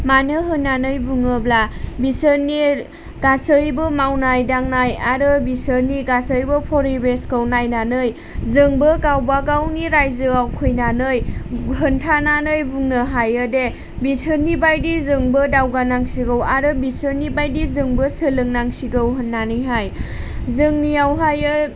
मानो होननानै बुङोब्ला बिसोरनि गासैबो मावनाय दांनाय आरो बिसोरनि गासैबो फरिबेसखौ नायनानै जोंबो गावबागावनि रायजोआव फैनानै खोन्थानानै बुंनो हायोदि बिसोरनिबायदि जोंबो दावगा नांसिगौ आरो बिसोरनि बायदि जोंबो सोलोंनांसिगौ होननानैहाय जोंनियावहाय